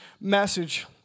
message